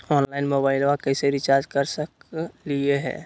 Online मोबाइलबा कैसे recharge कर सकलिए है?